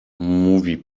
mówi